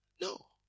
No